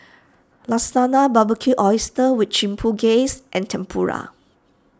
Lasagna Barbecued Oysters with Chipotle Glaze and Tempura